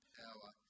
power